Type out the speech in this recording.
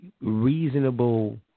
reasonable